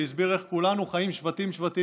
שהסביר איך כולנו חיים שבטים-שבטים,